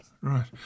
Right